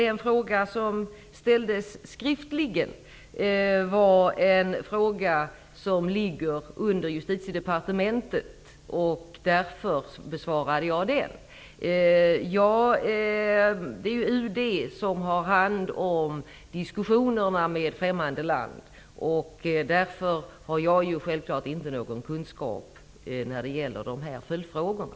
Den fråga som nu ställdes skriftligen ligger under Justitiedepartementet, och därför besvarade jag den. Det är UD som har hand om diskussionerna med främmande land, och därför har jag självfallet ingen kunskap när det gäller följdfrågorna.